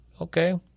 Okay